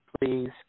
please